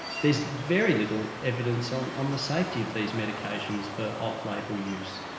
there's very little evidence on on the safety of these medications for off-label use.